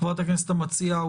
חברת הכנסת המציעה,